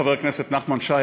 חבר הכנסת נחמן שי,